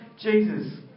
Jesus